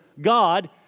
God